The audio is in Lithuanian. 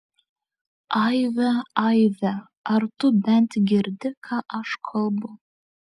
aive aive ar tu bent girdi ką aš kalbu